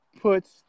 puts